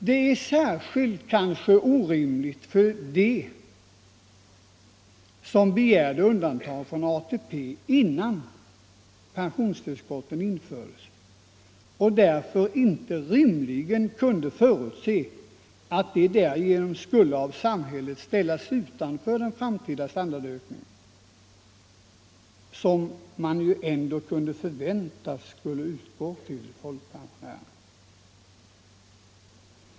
Detta är särskilt orimligt för dem som begärde undantag från ATP innan pensionstillskotten infördes och därför inte rimligen kunde förutse att de därigenom skulle av samhället ställas utanför den framtida standardhöjningen som man ändå kunde förvänta skulle utgå till folkpensionärer.